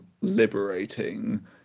liberating